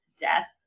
death